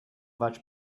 vaig